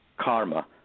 karma